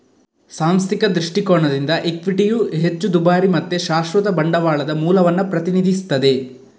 ಸಾಂಸ್ಥಿಕ ದೃಷ್ಟಿಕೋನದಿಂದ ಇಕ್ವಿಟಿಯು ಹೆಚ್ಚು ದುಬಾರಿ ಮತ್ತೆ ಶಾಶ್ವತ ಬಂಡವಾಳದ ಮೂಲವನ್ನ ಪ್ರತಿನಿಧಿಸ್ತದೆ